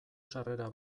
sarrera